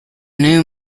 new